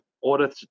order